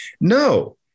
No